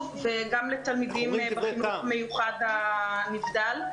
וגם לתלמידים בחינוך המיוחד הנבדל.